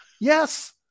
Yes